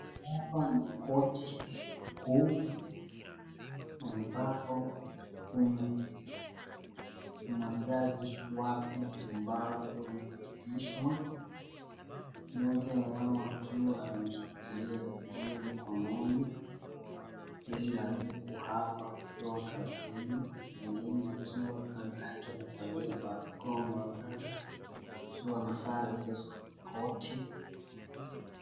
Hapa ni koti kuu ambapo kuna majaji wapya ambao wanaapishwa. Mmoja wao akiwa ameshikilia biblia mkononi ili aweze kuhapa akiwa kazini, mwingine akiwa kando yake amevalia barakoa mwanadada akiwa na sare hizo za koti.